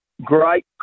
Great